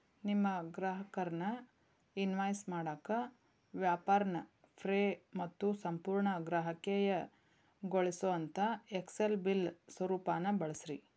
ನಿಮ್ಮ ಗ್ರಾಹಕರ್ನ ಇನ್ವಾಯ್ಸ್ ಮಾಡಾಕ ವ್ಯಾಪಾರ್ನ ಫ್ರೇ ಮತ್ತು ಸಂಪೂರ್ಣ ಗ್ರಾಹಕೇಯಗೊಳಿಸೊಅಂತಾ ಎಕ್ಸೆಲ್ ಬಿಲ್ ಸ್ವರೂಪಾನ ಬಳಸ್ರಿ